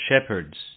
shepherds